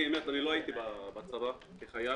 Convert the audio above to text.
אני לא הייתי בצד"ל כחייל.